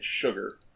sugar